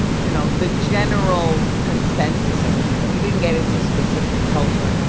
you know, the general consensus of people. we didn't get into specific culture,